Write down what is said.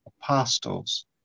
apostles